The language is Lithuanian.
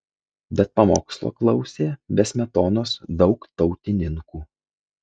bet pamokslo klausė be smetonos daug tautininkų